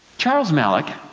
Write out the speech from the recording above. charles malik,